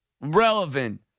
relevant